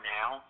now